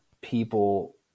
people